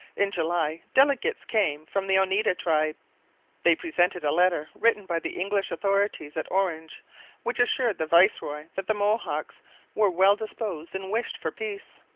in july delegates came from the oneida tribe they presented a letter written by the english authorities at orange which assured the viceroy that the mohawks were well disposed and wished for peace.